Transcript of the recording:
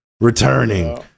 returning